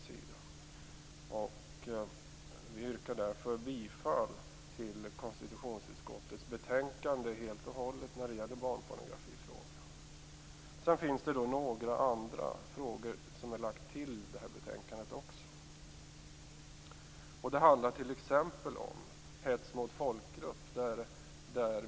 Vi yrkar därför bifall till konstitutionsutskottets hemställan i barnpornografifrågan. Sedan finns det några ytterligare frågor till betänkandet. De handlar t.ex. om hets mot folkgrupp.